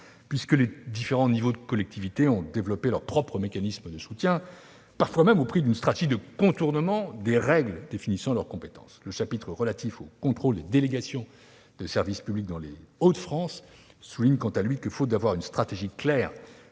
morte. Chaque niveau de collectivité a développé son propre mécanisme de soutien, parfois au prix d'une stratégie de contournement des règles définissant ses compétences. Le chapitre relatif au contrôle des délégations de service public dans les Hauts-de-France souligne, quant à lui, que, faute d'une stratégie claire